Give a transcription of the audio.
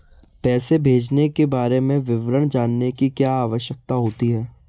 पैसे भेजने के बारे में विवरण जानने की क्या आवश्यकता होती है?